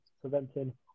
preventing